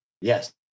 Yes